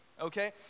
Okay